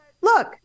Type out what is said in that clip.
look